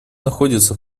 находится